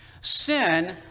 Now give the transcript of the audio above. Sin